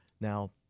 Now